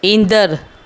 ईंदड़ु